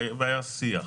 והיה שיח.